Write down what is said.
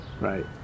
Right